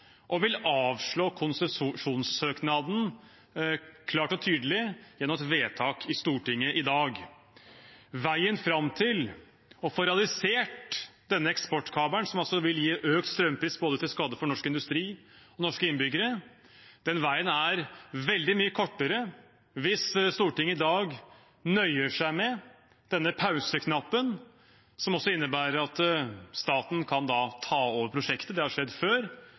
og klart og tydelig går inn for å avslå konsesjonssøknaden gjennom et vedtak i Stortinget i dag. Veien fram til å få realisert denne eksportkabelen – som altså vil gi økt strømpris, til skade både for norsk industri og norske innbyggere – er veldig mye kortere hvis Stortinget i dag nøyer seg med å trykke på pause-knappen, som også innebærer at staten kan ta over prosjektet – det har skjedd før,